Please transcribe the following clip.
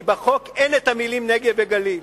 כי בחוק אין המלים נגב וגליל